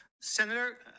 Senator